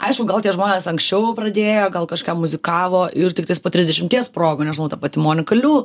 aišku gal tie žmonės anksčiau pradėjo gal kažką muzikavo ir tiktais po trisdešimties sprogo nežinau ta pati monika liu